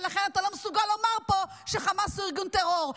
ולכן אתה לא מסוגל לומר פה שחמאס הוא ארגון טרור.